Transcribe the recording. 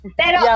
pero